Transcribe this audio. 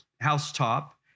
housetop